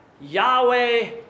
Yahweh